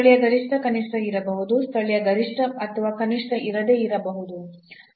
ಸ್ಥಳೀಯ ಗರಿಷ್ಠ ಕನಿಷ್ಠ ಇರಬಹುದು ಸ್ಥಳೀಯ ಗರಿಷ್ಠ ಅಥವಾ ಕನಿಷ್ಠ ಇರದೇ ಇರಬಹುದು